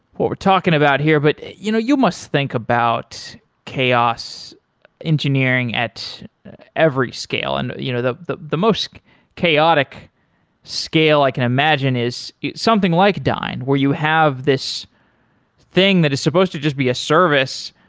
what we're talking about here, but you know you must think about chaos engineering at every scale. and you know the the most chaotic scale i can imagine is something like dyn where you have this thing that is supposed to just be a service,